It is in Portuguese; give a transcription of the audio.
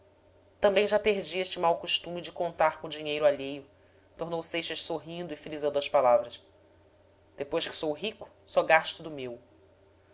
também já perdi este mau costume de contar com o dinheiro alheio tornou seixas sorrindo e frisando as palavras depois que sou rico só gasto do meu